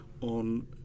on